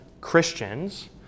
Christians